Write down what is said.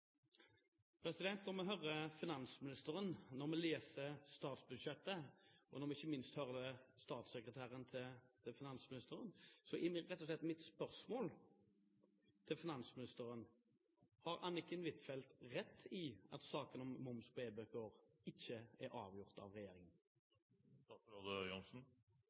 Når vi hører finansministeren, når vi leser statsbudsjettet, og ikke minst når vi hører statssekretæren til finansministeren, er rett og slett mitt spørsmål til finansministeren: Har Anniken Huitfeldt rett i at saken om moms på e-bøker ikke er avgjort av